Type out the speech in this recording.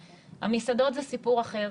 המסעדות זה סיפור אחר,